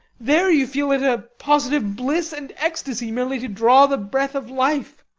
there, you feel it a positive bliss and ecstasy merely to draw the breath of life.